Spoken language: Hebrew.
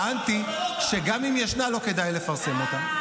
טענתי שגם אם ישנה, לא כדאי לפרסם אותה.